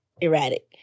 erratic